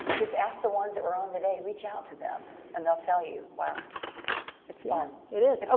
just ask the ones that were on today. reach out to them and they'll tell you why um it's yeah fun. it is. ah